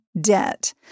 debt